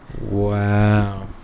Wow